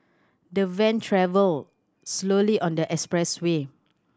the van travelled slowly on the expressway